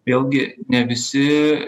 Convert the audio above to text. vėlgi ne visi